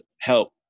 help